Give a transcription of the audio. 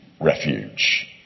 refuge